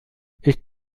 ist